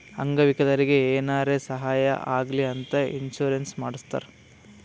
ಅಂಗ ವಿಕಲರಿಗಿ ಏನಾರೇ ಸಾಹಾಯ ಆಗ್ಲಿ ಅಂತ ಇನ್ಸೂರೆನ್ಸ್ ಮಾಡಸ್ತಾರ್